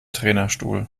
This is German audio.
trainerstuhl